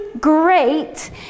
great